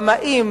במאים,